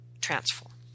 transform